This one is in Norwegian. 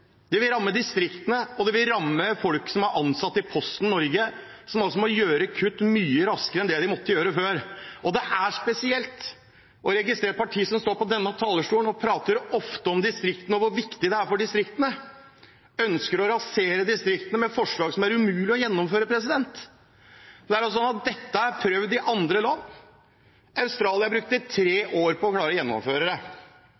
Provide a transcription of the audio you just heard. som er ansatt i Posten Norge, som altså må gjøre kutt mye raskere enn før. Det er spesielt å registrere at et parti som ofte står på denne talerstolen og prater om distriktene og hvor viktig det er for distriktene, ønsker å rasere distriktene med forslag som det er umulig å gjennomføre. Dette er prøvd i andre land. Australia brukte